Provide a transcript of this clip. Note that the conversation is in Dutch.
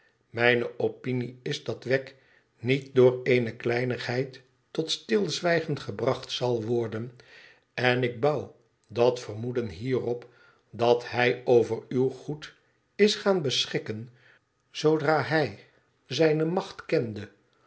mijne opinie is dat wegg niet door eene kleinigheid tot stilzwijgen gebracht zal worden en ik bouw dat vermoeden hierop dat hij over uw goed is gaan beschikken zoodra hij zijne macht kende